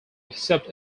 except